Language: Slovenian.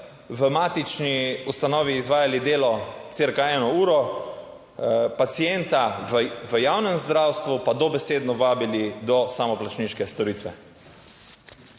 v matični ustanovi izvajali delo cirka 1 uro. Pacienta v javnem zdravstvu pa dobesedno vabili do samoplačniške storitve.